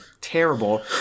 terrible